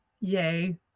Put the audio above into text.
yay